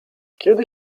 kiedy